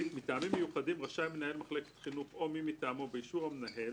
מטעמים מיוחדים רשאי מנהל מחלקת חינוך או מי מטעמו באישור המנהל